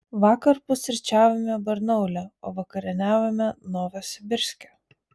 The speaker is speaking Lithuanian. vakar pusryčiavome barnaule o vakarieniavome novosibirske